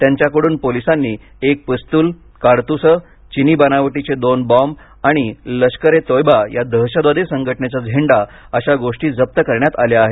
त्यांच्याकडून पोलिसांनी एक पिस्तुल काडतूसं चीनी बनावटीचे दोन बॉम्ब आणि लष्कर ए तोयबा या दहशतवादी संघटनेचा झेंडा अशा गोष्टी जप्त करण्यात आल्या आहेत